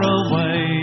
away